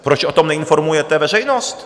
Proč o tom neinformujete veřejnost?